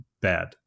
bad